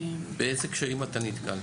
באילו קשיים אתה נתקל?